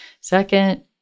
second